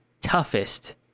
toughest